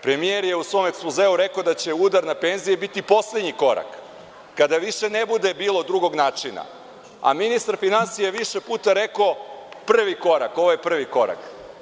Premijer je u svom ekspozeu rekao da će udar na penzije biti poslednji korak, kada više ne bude bilo drugog načina, a ministar finansija je više puta rekao – ovo je prvi korak.